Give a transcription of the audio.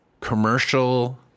commercial